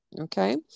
Okay